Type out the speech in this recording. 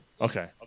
Okay